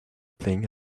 playing